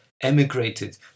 emigrated